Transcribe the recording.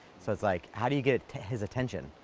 so, it's like, how do you get his attention?